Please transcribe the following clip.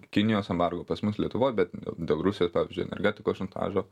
kinijos embargo pas mus lietuvoj bet dėl rusijos pavyzdžiui energetikos šantažo